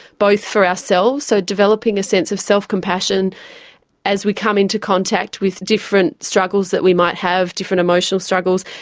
both for ourselves, so developing a sense of self-compassion as we come into contact with different struggles that we might have, different emotional struggles.